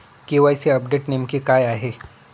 KYC update नेमके काय आहे?